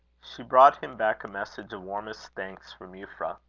she brought him back a message of warmest thanks from euphra.